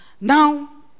Now